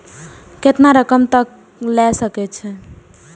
केतना रकम तक ले सके छै?